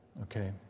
Okay